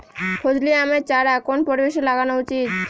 ফজলি আমের চারা কোন পরিবেশে লাগানো উচিৎ?